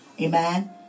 Amen